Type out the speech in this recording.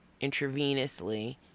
intravenously